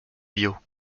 biot